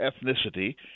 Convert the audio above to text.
ethnicity